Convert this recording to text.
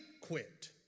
quit